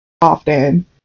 often